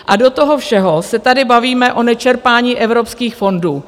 A do toho všeho se tady bavíme o nečerpání evropských fondů.